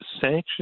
sanctions